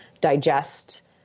digest